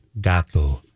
Gato